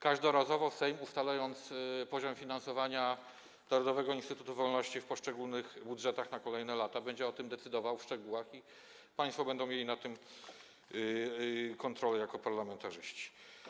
Każdorazowo Sejm, ustalając poziom finansowania Narodowego Instytutu Wolności w poszczególnych budżetach na kolejne lata, będzie o tym decydował w szczegółach i państwo będą mieli nad tym kontrolę jako parlamentarzyści.